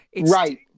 Right